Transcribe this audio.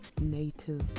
Native